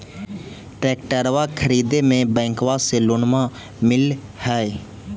ट्रैक्टरबा खरीदे मे बैंकबा से लोंबा मिल है?